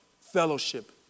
fellowship